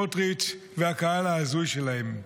סמוטריץ' והקהל ההזוי שלהם.